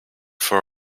for